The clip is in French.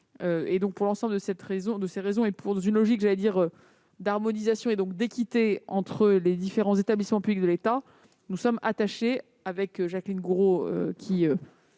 Pour l'ensemble de ces raisons, et dans une logique d'harmonisation et d'équité entre les différents établissements publics de l'État, nous sommes attachés, avec Jacqueline Gourault